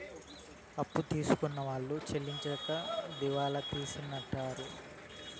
అప్పు తీసుకున్న వాళ్ళు చెల్లించలేక దివాళా తీసింటారు